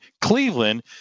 Cleveland